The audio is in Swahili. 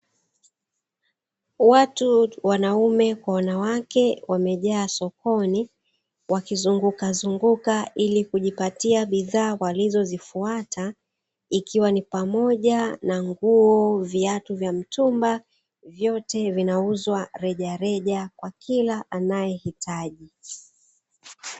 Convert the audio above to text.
Watu wanaume kwa wanawake wamejaa sokoni wakizunguka zunguka, ili kujipatia bidhaa walizo zifuata, ikiwa ni pamoja na nguo, viatu vya mtumba vyote vinauzwa rejareja kwa anaye hitaji.